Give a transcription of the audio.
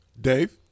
Dave